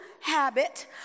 habit